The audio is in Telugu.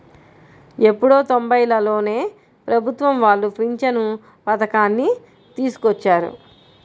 ఎప్పుడో తొంబైలలోనే ప్రభుత్వం వాళ్ళు పింఛను పథకాన్ని తీసుకొచ్చారు